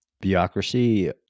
bureaucracy